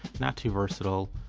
not too versatile,